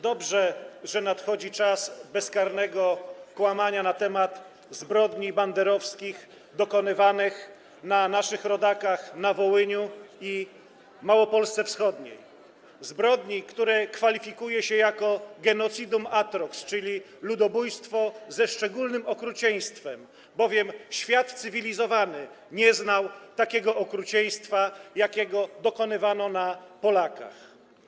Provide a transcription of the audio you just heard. Dobrze, że nadchodzi kres bezkarnego kłamania na temat zbrodni banderowskich dokonywanych na naszych rodakach na Wołyniu i w Małopolsce Wschodniej, zbrodni, które kwalifikuje się jako genocidum atrox, czyli ludobójstwo ze szczególnym okrucieństwem, bowiem świat cywilizowany nie znał takiego okrucieństwa, jakiego dokonywano na Polakach.